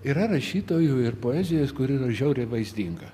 yra rašytojų ir poezijos kuri yra žiauriai vaizdinga